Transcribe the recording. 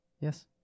Yes